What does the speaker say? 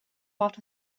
part